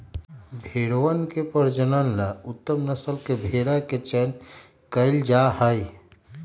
भेंड़वन के प्रजनन ला उत्तम नस्ल के भेंड़ा के चयन कइल जाहई